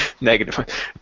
Negative